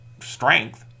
strength